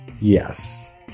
Yes